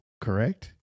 correct